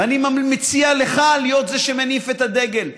ואני מציע לך להיות זה שמרים את הדגל.